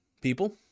people